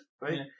right